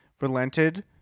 relented